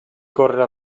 correre